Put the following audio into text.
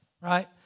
Right